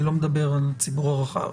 אני לא מדבר על הציבור הרחב.